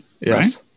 Yes